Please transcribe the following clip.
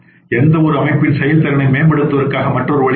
எந்தவொரு அமைப்பின் செயல்திறனை மேம்படுத்துவதற்கான மற்றொரு வழியாகும்